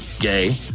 gay